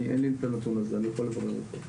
אין לי את הנתון הזה, אני יכול לברר את זה.